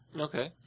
Okay